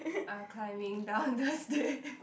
uh climbing down the stairs